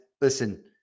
listen